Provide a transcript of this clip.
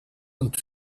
und